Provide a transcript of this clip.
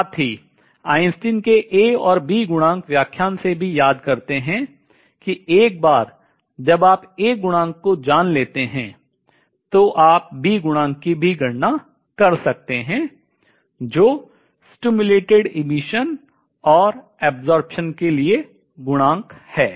साथ ही आइंस्टीन के A और B गुणांक व्याख्यान से भी याद करते हैं कि एक बार जब आप A गुणांक को जान लेते हैं तो आप B गुणांक की गणना भी कर सकते हैं जो stimulated emission or absorption प्रेरित उत्सर्जन या अवशोषण के लिए गुणांक है